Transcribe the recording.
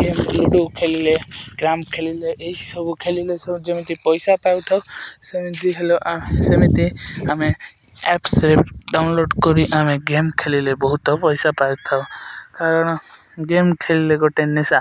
game ludo ଖେଳିଲେ ଖେଳିଲେ ଏହିସବୁ ଖେଳିଲେ ସବୁ ଯେମିତି ପଇସା ପାଉଥାଉ ସେମିତି ହେଲେ ସେମିତି ଆମେ ଆପ୍ସରେ ଡାଉନଲୋଡ଼ କରି ଆମେ ଗେମ୍ ଖେଳିଲେ ବହୁତ ପଇସା ପାଉଥାଉ କାରଣ ଗେମ୍ ଖେଳିଲେ ଗୋଟେ ନିଶା